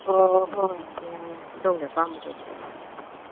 ꯑꯣ ꯍꯣꯏ ꯍꯣꯏ ꯌꯥꯏ ꯌꯥꯏ ꯑꯗꯣꯝꯒꯤ ꯑꯄꯥꯝꯕꯗꯣ ꯑꯗꯨꯝ